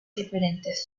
diferentes